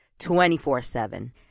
24-7